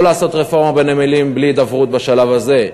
לא לעשות רפורמה בנמלים בלי הידברות בשלב הזה,